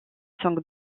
sont